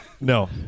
No